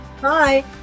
bye